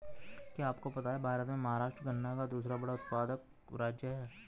क्या आपको पता है भारत में महाराष्ट्र गन्ना का दूसरा बड़ा उत्पादक राज्य है?